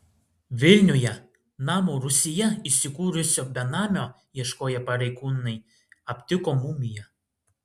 vilniuje namo rūsyje įsikūrusio benamio ieškoję pareigūnai aptiko mumiją